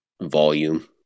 volume